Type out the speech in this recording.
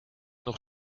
nog